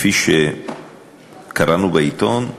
כפי שקראנו בעיתון,